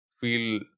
feel